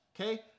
Okay